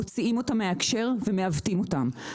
מוציאים אותם מההקשר ומעוותים אותם.